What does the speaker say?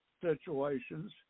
situations